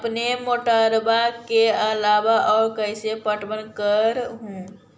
अपने मोटरबा के अलाबा और कैसे पट्टनमा कर हू?